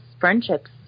friendships